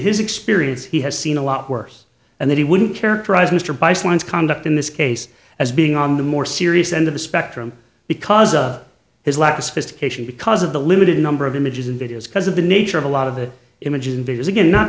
his experience he has seen a lot worse and that he wouldn't characterize mr bice once conduct in this case as being on the more serious end of the spectrum because of his lack of sophistication because of the limited number of images and videos because of the nature of a lot of the images and videos again not